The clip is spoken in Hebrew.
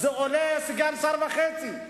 זה עולה סגן שר וחצי.